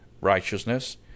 righteousness